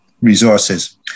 resources